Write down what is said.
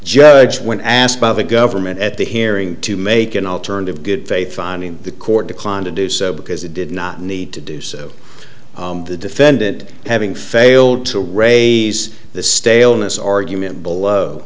judge when asked by the government at the hearing to make an alternative good faith finding the court declined to do so because it did not need to do so the defendant having failed to raise the staleness argument below